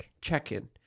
check-in